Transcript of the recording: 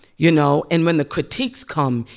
you know? and when the critiques come,